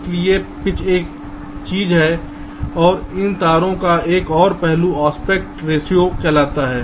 इसलिए पिच एक चीज है और इन तारों का एक और पहलू एस्पेक्ट रेशों कहलाता है